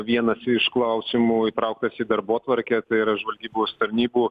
vienas iš klausimų įtrauktas į darbotvarkę tai yra žvalgybos tarnybų